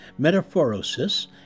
Metaphorosis